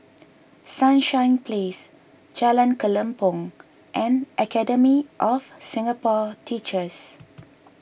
Sunshine Place Jalan Kelempong and Academy of Singapore Teachers